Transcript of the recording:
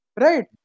right